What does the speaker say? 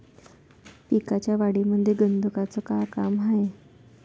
पिकाच्या वाढीमंदी गंधकाचं का काम हाये?